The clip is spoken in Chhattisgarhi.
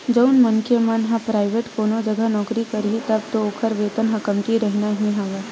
जउन मनखे मन ह पराइवेंट कोनो जघा नौकरी करही तब तो ओखर वेतन ह कमती रहिना ही हवय